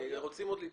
רוצים עוד להתייחס.